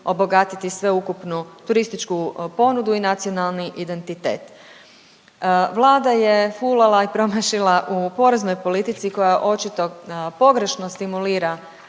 obogatiti sveukupnu turističku ponudu i nacionalni identitet. Vlada je fulala i promašila u poreznoj politici koja očito pogrešno stimulira